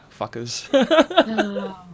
fuckers